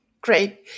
Great